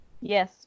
yes